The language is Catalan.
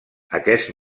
aquest